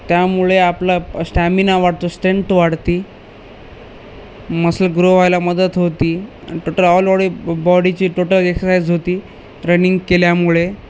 त्यामुळे आपलं स्टॅमिना वाढतो स्ट्रेंथ वाढती मसल ग्रो व्हायला मदत होती टोटल ऑल ओडी बॉडीची टोटल एक्सरसाईज होती रनिंग केल्यामुळे